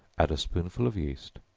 add a spoonful of yeast,